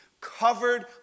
covered